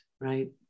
Right